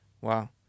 wow